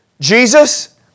Jesus